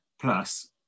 plus